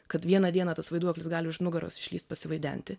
kad vieną dieną tas vaiduoklis gali už nugaros išlįst pasivaidenti